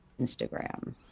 Instagram